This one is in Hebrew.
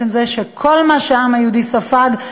בשל כל מה שהעם היהודי ספג,